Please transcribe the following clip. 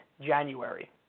January